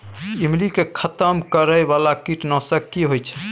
ईमली के खतम करैय बाला कीट नासक की होय छै?